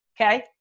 okay